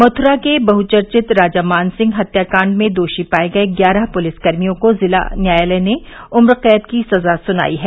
मथुरा के बहुचर्चित राजा मानसिंह हत्याकाण्ड में दोषी पाये गये ग्यारह पुलिस कर्मियों को जिला न्यायालय ने उम्रकैद की सजा सुनाई है